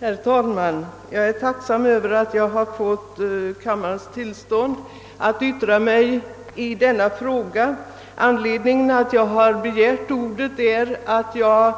Herr talman! Jag är tacksam för att ha fått kammarens tillstånd att yttra mig i denna fråga. Anledningen till att jag har begärt ordet är att jag